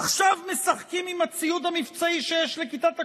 עכשיו משחקים עם הציוד המבצעי שיש לכיתות הכוננות?